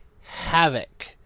havoc